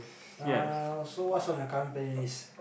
uh so what's on your current playlist